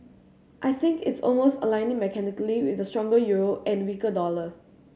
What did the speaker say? I think it's almost aligning mechanically with the stronger euro and weaker dollar